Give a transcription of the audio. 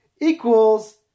equals